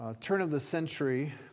turn-of-the-century